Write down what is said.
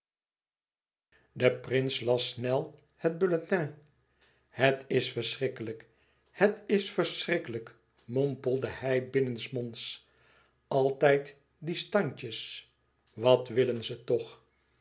de prins las snel het bulletin het is verschrikkelijk het is verschrikkelijk mompelde hij binnensmonds altijd die standjes wat willen ze toch